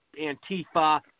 Antifa